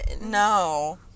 No